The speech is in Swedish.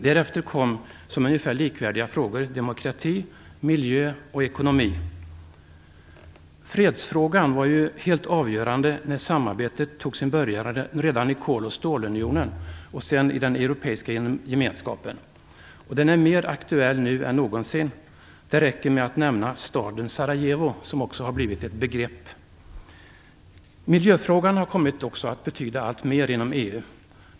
Därefter kom som ungefär likvärdiga frågor demokratin, miljön och ekonomin. Fredsfrågan var helt avgörande redan när samarbetet tog sin början i Kol och stålunionen och sedan i den europeiska gemenskapen. Fredsfrågan är nu mer aktuell än någonsin. Det räcker med att nämna staden Sarajevo, som också har blivit ett begrepp. Miljöfrågan har också kommit att betyda allt mera inom EU.